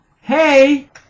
Hey